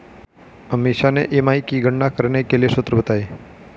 अमीषा ने ई.एम.आई की गणना करने के लिए सूत्र बताए